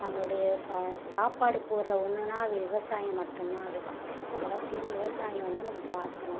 நம்மளுடைய சா சாப்பாடு போடுகிற ஒன்றுன்னா அது விவசாயம் மட்டுந்தான் அது அவசியம் விவசாயம் வந்து நம்ம பார்த்துருனும்